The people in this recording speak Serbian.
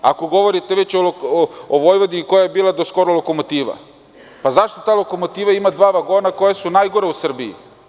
Ako govorite o Vojvodini, koja je do skoro bila lokomotiva, zašto ta lokomotiva ima dva vagona koja su najgora u Srbiji?